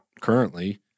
currently